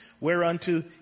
Whereunto